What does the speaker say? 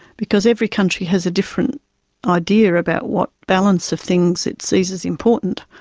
because every country has a different idea about what balance of things it sees as important.